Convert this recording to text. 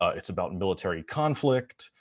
it's about military conflict,